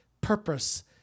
purpose